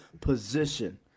position